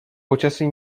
počasí